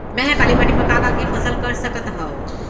मै ह काली माटी मा का का के फसल कर सकत हव?